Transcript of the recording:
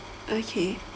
okay